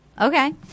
Okay